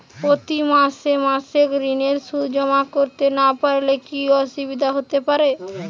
প্রতি মাসে মাসে ঋণের সুদ জমা করতে না পারলে কি অসুবিধা হতে পারে?